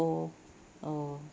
oh oh